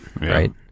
right